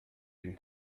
vue